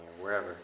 wherever